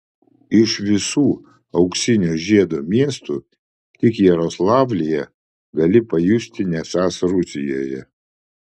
iš visų auksinio žiedo miestų tik jaroslavlyje gali pajusti nesąs rusijoje